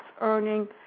earning